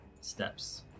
steps